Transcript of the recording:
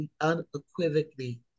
unequivocally